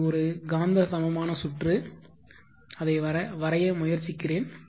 இது ஒரு காந்த சமமான சுற்று அதை வரைய முயற்சிக்கிறேன்